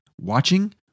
watching